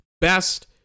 best